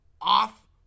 off